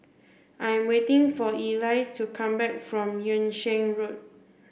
I'm waiting for Ely to come back from Yung Sheng Road